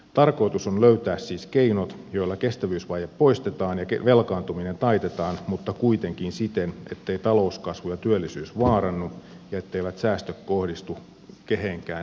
tarkoitus on siis löytää keinot joilla kestävyysvaje poistetaan ja velkaantuminen taitetaan mutta kuitenkin siten etteivät talouskasvu ja työllisyys vaarannu ja etteivät säästöt kohdistu kehenkään epäoikeudenmukaisella tavalla